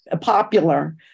popular